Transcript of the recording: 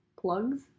Plugs